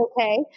okay